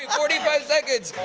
forty five seconds.